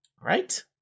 Right